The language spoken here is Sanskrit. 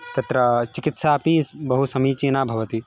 तत्र चिकित्सा अपि बहु समीचीना भवति